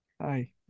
Hi